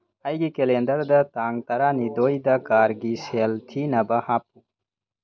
ꯑꯩꯒꯤ ꯀꯦꯂꯦꯟꯗꯔꯗ ꯇꯥꯡ ꯇꯔꯥꯅꯤꯊꯣꯏꯗ ꯀꯥꯔꯒꯤ ꯁꯦꯜ ꯊꯤꯅꯕ ꯍꯥꯞꯄꯨ